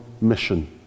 mission